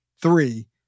Three